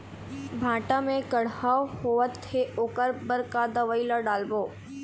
भांटा मे कड़हा होअत हे ओकर बर का दवई ला डालबो?